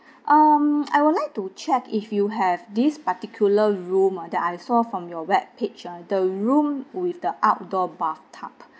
um I would like to check if you have this particular room ah that I saw from your web page ah the room with the outdoor bathtub